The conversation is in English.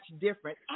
different